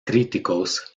críticos